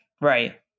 right